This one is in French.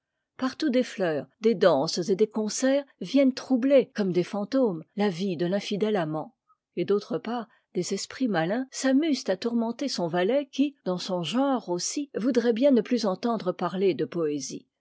partout des fleurs des danses et des concerts viennent troubler comme des fantômes la vie de t'insdète amant et d'autre part des esprits malins s'amusent à tourmenter son valet qui dans son genre aussi voudrait bien ne plus entendre parler de poésie